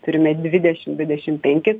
turime dvidešim dvidešim penkis